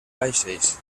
vaixells